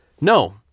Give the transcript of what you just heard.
No